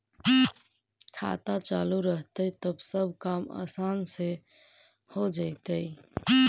खाता चालु रहतैय तब सब काम आसान से हो जैतैय?